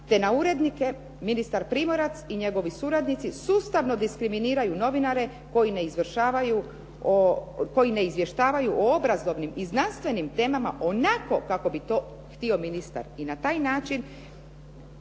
te na urednike ministar Primorac i njegovi suradnici sustavno diskriminiraju novinare koji ne izvještavaju o obrazovnim i znanstvenim temama onako kako bi to htio ministar i na taj način